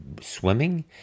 swimming